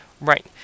Right